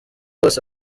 bose